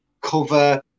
cover